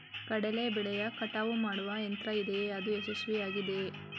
ಕಡಲೆ ಬೆಳೆಯ ಕಟಾವು ಮಾಡುವ ಯಂತ್ರ ಇದೆಯೇ? ಅದು ಯಶಸ್ವಿಯಾಗಿದೆಯೇ?